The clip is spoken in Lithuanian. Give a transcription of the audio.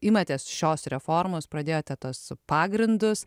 imatės šios reformos pradėjote tuos pagrindus